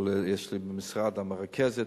או יש לי במשרד המרכזת,